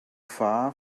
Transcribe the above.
far